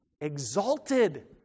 Exalted